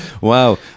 Wow